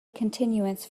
continuance